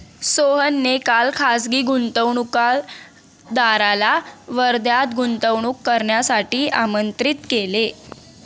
सोहनने काल खासगी गुंतवणूकदाराला वर्ध्यात गुंतवणूक करण्यासाठी आमंत्रित केले